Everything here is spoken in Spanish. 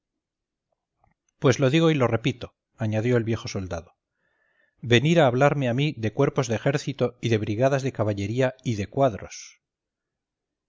pues lo digo y lo repito añadió el viejo soldado venir a hablarme a mí de cuerpos de ejército y de brigadas de caballería y de cuadros